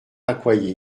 accoyer